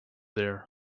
there